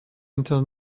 until